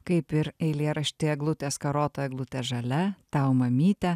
kaip ir eilėraštį eglutė skarota eglutė žalia tau mamyte